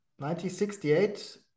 1968